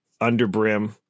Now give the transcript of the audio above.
underbrim